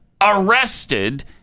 arrested